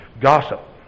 gossip